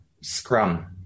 Scrum